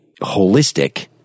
holistic